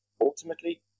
ultimately